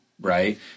Right